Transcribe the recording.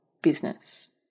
business